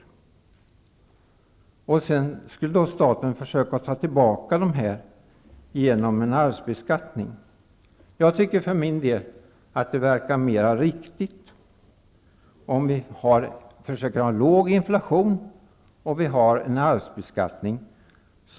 Staten har sedan försökt att dra in de förlorade inkomsterna med hjälp av arvsbeskattning. För min del tycker jag att det verkar mer riktigt att försöka ha en låg inflation och en försvarbar arvsbeskattning.